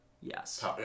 Yes